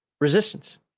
resistance